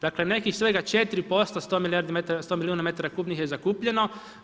Dakle nekih svega 4%, 100 milijuna metara kubnih je zakupljeno.